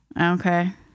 Okay